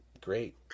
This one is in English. great